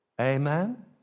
Amen